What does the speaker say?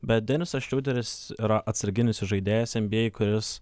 bet denisas čiuderis yra atsarginis įžaidėjas nba kuris